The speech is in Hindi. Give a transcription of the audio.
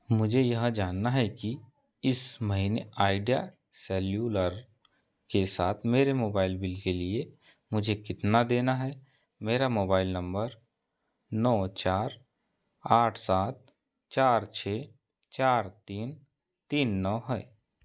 मुझे यह जानना है कि इस महीने आइडिया सेल्युलर के साथ मेरे मोबाइल बिल के लिए मुझे कितना देना है मेरा मोबाइल नंबर नौ चार आठ सात चार छः चार तीन तीन नौ है